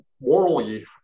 morally